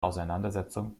auseinandersetzung